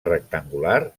rectangular